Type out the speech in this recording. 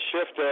shift